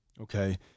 Okay